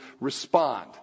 respond